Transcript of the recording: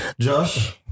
Josh